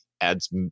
adds